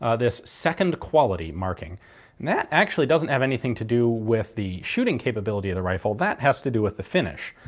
ah this second quality marking. and that actually doesn't have anything to do with the shooting capability of the rifle, that has to do with the finish.